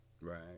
right